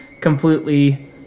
completely